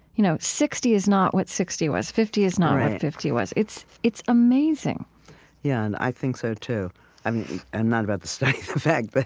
you know sixty is not what sixty was. fifty is not what fifty was. it's it's amazing yeah, and i think so too and not about the studied effect, but